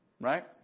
right